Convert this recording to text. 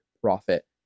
profit